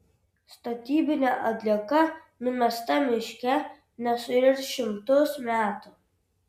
statybinė atlieka numesta miške nesuirs šimtus metų